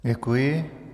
Děkuji.